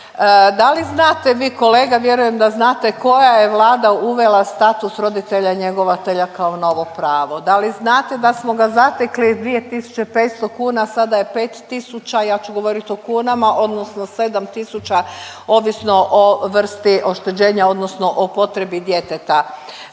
Da li znate vi kolega, vjerujem da znate koja je Vlada uvela status roditelja, njegovatelja kao novo pravo? Da li znate da smo ga zatekli 2500 kuna, sada je 5000 ja ću govorit o kunama, odnosno 7000 ovisno o vrsti oštećenja odnosno o potrebi djeteta.